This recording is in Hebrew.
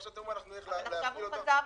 ועכשיו אתם אומרים: אנחנו נלך להפעיל אותו?